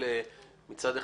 מצד אחד,